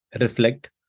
reflect